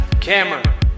camera